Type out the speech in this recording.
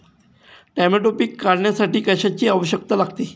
Tomato पीक काढण्यासाठी कशाची आवश्यकता लागते?